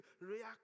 react